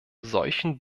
solchen